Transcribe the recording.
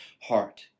heart